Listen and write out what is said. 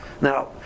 Now